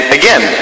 again